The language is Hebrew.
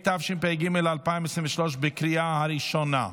התשפ"ג 2023, בקריאה הראשונה.